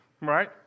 Right